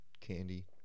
candy